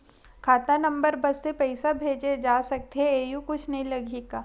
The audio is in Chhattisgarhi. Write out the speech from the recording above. खाता नंबर बस से का पईसा भेजे जा सकथे एयू कुछ नई लगही का?